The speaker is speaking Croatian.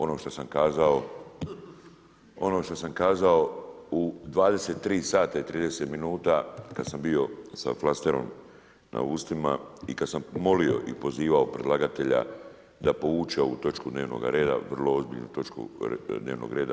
Ono što sam kazao u 23 sata i 30 minuta kada sam bio sa flasterom na ustima i kada sam molio i pozivao predlagatelja da povuče ovu točku dnevnoga reda vrlo ozbiljnu točku dnevnoga reda.